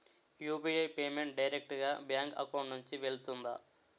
UPI payment direct గా bank account నుంచి వెళ్తుందా?